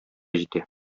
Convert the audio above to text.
җитә